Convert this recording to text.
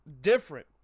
different